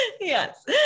Yes